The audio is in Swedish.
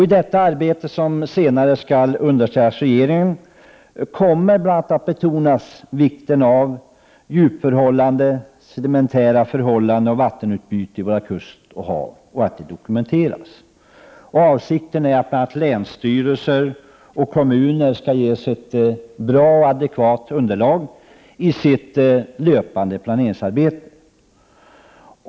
I detta arbete — som senare skall underställas regeringen — kommer att bl.a. betonas vikten av djupförhållanden, sedimentära förhållanden och vattenutbyte i våra kusthav och av dokumentering härav. Avsikten är att länsstyrelser och kommuner skall ges ett bra och adekvat underlag i sitt löpande planeringsarbete.